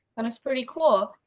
and that's pretty cool!